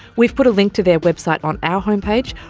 we've put a link to their website on our homepage,